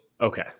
Okay